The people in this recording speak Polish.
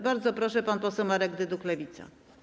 Bardzo proszę, pan poseł Marek Dyduch, Lewica.